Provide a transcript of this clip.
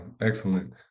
excellent